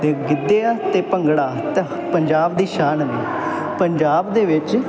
ਅਤੇ ਗਿੱਧਿਆਂ ਅਤੇ ਭੰਗੜਾ ਤਾਂ ਪੰਜਾਬ ਦੀ ਸ਼ਾਨ ਨੇ ਪੰਜਾਬ ਦੇ ਵਿੱਚ